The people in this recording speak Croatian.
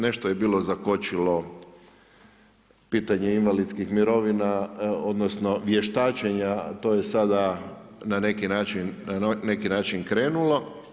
Nešto je bilo zakočilo pitanje invalidskih mirovina, odnosno vještačenja, to je sada na neki način krenulo.